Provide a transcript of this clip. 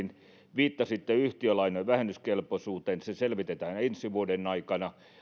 viittasitte yhtiölainojen vähennyskelpoisuuteen se selvitetään ensi vuoden aikana